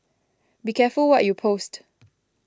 be careful what you post